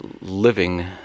living